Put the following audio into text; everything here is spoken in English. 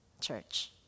church